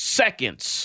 seconds